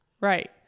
Right